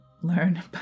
learn